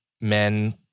men